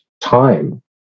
time